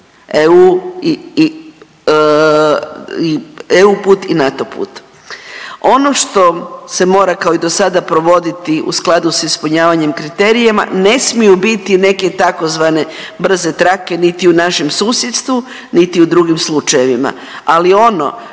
EU put i NATO put. Ono što se mora kao i dosada provoditi u skladu s ispunjavanjem kriterijama ne smiju biti neke tzv. brze trake niti u našem susjedstvu, niti u drugim slučajevima, ali ono